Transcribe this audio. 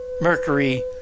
Mercury